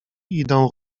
idą